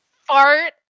fart